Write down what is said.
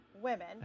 women